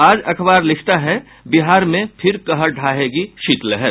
आज अखबार लिखता है बिहार में फिर कहर ढाहेगी शीत लहर